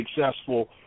successful